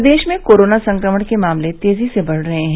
प्रदेश में कोरोना संक्रमण के मामले तेजी से बढ़ रहे हैं